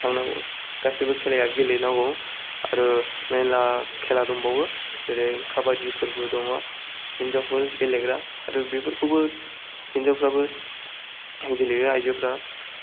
थांनांगौ गासैबो खेलाया गेलेनांगौ आरो मेरला खेला दंबावो जेरै खाबादिफोरबो दङ हिनजाफोर गेलेग्रा आरो बेफोरखौबो हिनजावफोराबो गेलेयो आयजोफोरा